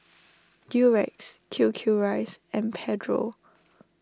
Durex Q Q Rice and Pedro